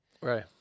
Right